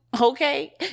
Okay